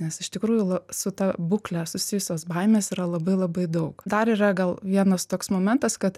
nes iš tikrųjų la su ta būkle susijusios baimės yra labai labai daug dar yra gal vienas toks momentas kad